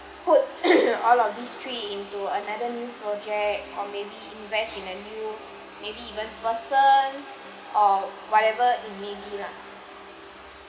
put all of these tree into another new project or maybe invest in a new maybe even person or whatever it maybe lah